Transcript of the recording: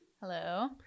Hello